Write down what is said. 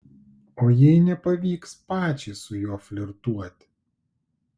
o jei nepavyks pačiai su juo flirtuoti